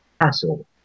castle